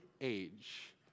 age